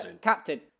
Captain